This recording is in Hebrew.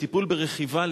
לטיפול ברכיבה,